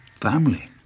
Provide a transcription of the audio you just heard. family